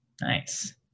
nice